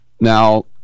Now